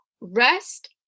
rest